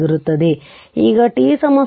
ಈಗ t 0